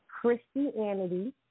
Christianity